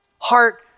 heart